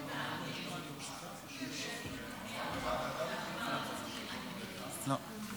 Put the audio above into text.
והגנת הסביבה לצורך הכנתה לקריאה השנייה